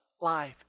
life